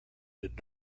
did